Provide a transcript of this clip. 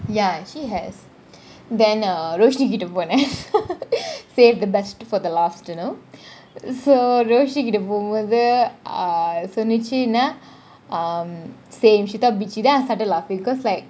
ya she has then uh Roshini கிட்ட போனான் :roshini kita ponan saved the best for the last you know so Roshini கிட்ட போம்போது சொன்னிச்சி என்ன :roshini kita pombothu sonichi enna um same she tell bitchy then I started laughing because like